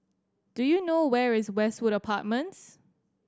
do you know where is Westwood Apartments